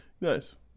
Nice